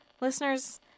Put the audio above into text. listeners